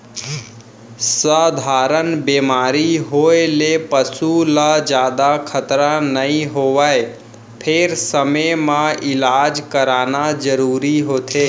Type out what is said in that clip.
सधारन बेमारी होए ले पसू ल जादा खतरा नइ होवय फेर समे म इलाज कराना जरूरी होथे